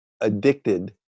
addicted